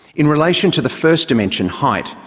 in relation to the first dimension, height,